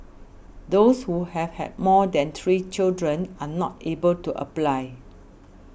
those who have had more than three children are not able to apply